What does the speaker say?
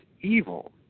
evil